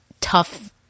tough